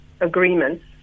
agreements